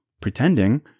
pretending